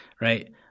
right